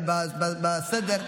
אבל בסדר,